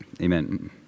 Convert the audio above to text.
Amen